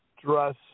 dress